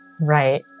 right